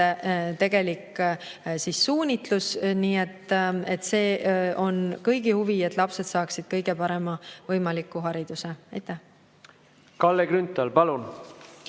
tegelik suunitlus. Nii et see on kõigi huvi, et lapsed saaksid kõige parema võimaliku hariduse. Kalle Grünthal, palun!